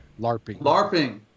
LARPing